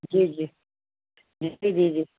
जी जी जी जी जी